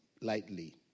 lightly